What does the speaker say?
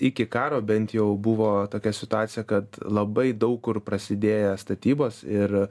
iki karo bent jau buvo tokia situacija kad labai daug kur prasidėję statybos ir